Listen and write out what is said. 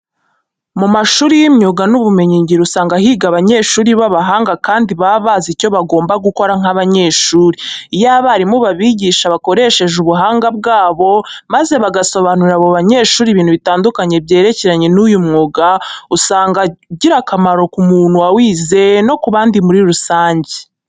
Mu mashuri y'imyuga n'ubumenyingiro usanga higa abanyeshuri b'abahanga kandi baba bazi icyo bagomba gukora nk'abanyeshuri. Iyo abarimu babigisha bakoresheje ubuhanga bwabo maze bagasobanurira abo banyeshuri ibintu bitandukanye byerekeranye n'uyu mwuga, usanga ugira umumaro ku muntu wawize no ku bandi muri rusange.